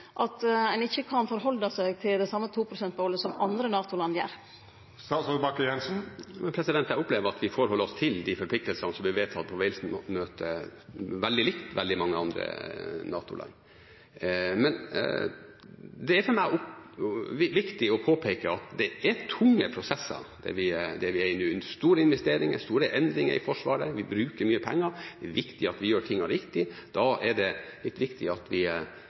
at ein ikkje kan halde seg til det same 2-prosentmålet som andre NATO-land gjer? Jeg opplever at vi forholder oss til de forpliktelsene som ble vedtatt på Wales-møtet, veldig likt veldig mange andre NATO-land. Men det er for meg viktig å påpeke at det er tunge prosesser vi er inne i nå – det er store investeringer, store endringer i Forsvaret, vi bruker mye penger, og det er viktig at vi gjør tingene riktig. Da er det litt viktig at vi